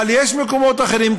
אבל יש מקומות אחרים,